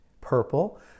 Purple